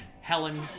Helen